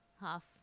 half